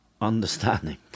understanding